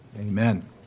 Amen